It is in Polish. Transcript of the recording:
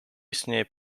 istnieje